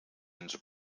ens